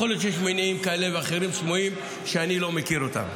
יכול להיות שיש מניעים סמויים כאלה ואחרים שאני לא מכיר אותם.